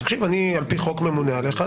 אני על פי חוק ממונה עליך,